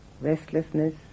restlessness